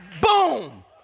Boom